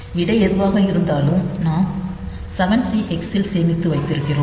விடை எதுவாக இருந்தாலும் நாம் 7சி ஹெக்ஸில் சேமித்து வைத்திருக்கிறோம்